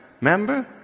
Remember